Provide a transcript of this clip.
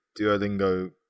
Duolingo